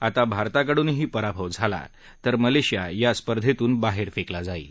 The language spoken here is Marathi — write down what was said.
आता भारताकडूनही पराभव झाला तर मलेशिया या स्पर्धेतून बाहेर फेकला जाईल